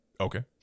Okay